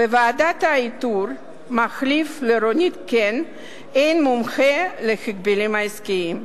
"בוועדה לאיתור מחליף לרונית קן אין מומחה להגבלים עסקיים".